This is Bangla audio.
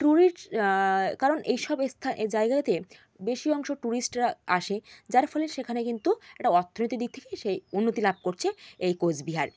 টুরিস্ট কারণ এই সব এস্থা জায়গায়তে বেশি অংশ টুরিস্টরা আসে যার ফলে সেখানে কিন্তু একটা অর্থনৈতিক দিক থেকে এসে উন্নতি লাভ করছে এই কোচবিহার